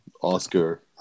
Oscar